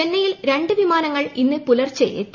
ചെന്നൈയിൽ രണ്ട് വിമാനങ്ങൾ ഇന്ന് പുലർച്ചെ എത്തി